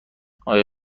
آیا